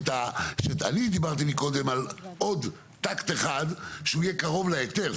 אני דיברתי מקודם על עוד טקט אחד שהוא יהיה קרוב להיתר,